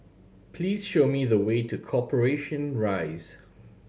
please show me the way to Corporation Rise